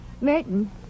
Merton